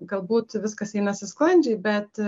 galbūt viskas einasi sklandžiai bet